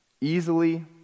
Easily